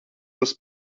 tas